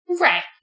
right